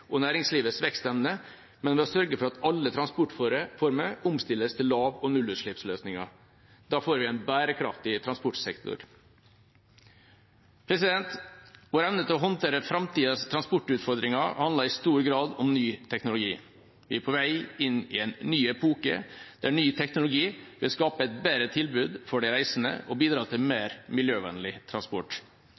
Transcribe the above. og næringslivets vekstevne, men ved å sørge for at alle transportformer omstilles til lav- og nullutslippsløsninger. Da får vi en bærekraftig transportsektor. Vår evne til å håndtere framtidas transportutfordringer handler i stor grad om ny teknologi. Vi er på vei inn i en ny epoke, der ny teknologi vil skape et bedre tilbud for de reisende og bidra til mer miljøvennlig transport.